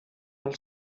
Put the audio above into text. del